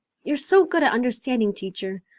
you're so good at understanding, teacher.